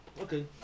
okay